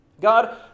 God